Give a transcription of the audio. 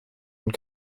und